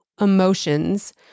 emotions